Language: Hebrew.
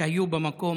שהיו במקום,